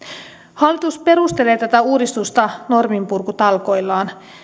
hallitus perustelee tätä uudistusta norminpurkutalkoillaan